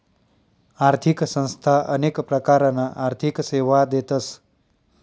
आर्थिक संस्था अनेक प्रकारना आर्थिक सेवा देतस